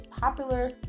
popular